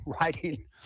writing